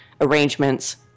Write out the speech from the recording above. arrangements